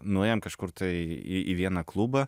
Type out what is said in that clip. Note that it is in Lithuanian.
nuėjom kažkur tai į į vieną klubą